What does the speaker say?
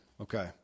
Okay